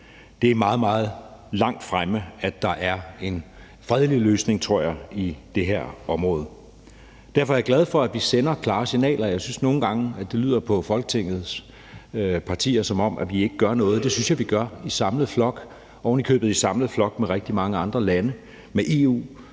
Det ligger meget, meget langt fremme i tiden, at der er en fredelig løsning, tror jeg, i det her område. Derfor er jeg glad for, at vi sender klare signaler. Jeg synes nogle gange, at det lyder på Folketingets partier, som om vi ikke gør noget. Det synes jeg vi gør i samlet flok, ovenikøbet i samlet flok med rigtig mange andre lande – med EU,